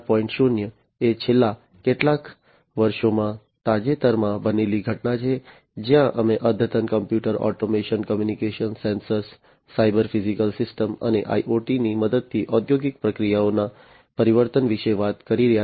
0 એ છેલ્લા કેટલાક વર્ષોમાં તાજેતરમાં બનેલી ઘટના છે જ્યાં અમે અદ્યતન computers automation communication sensors cyber physical systems અને IoTની મદદથી ઔદ્યોગિક પ્રક્રિયાઓના પરિવર્તન વિશે વાત કરી રહ્યા છીએ